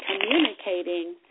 communicating